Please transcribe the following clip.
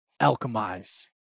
alchemize